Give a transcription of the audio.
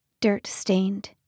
dirt-stained